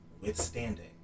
withstanding